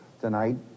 tonight